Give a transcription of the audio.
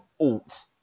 alt